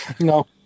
No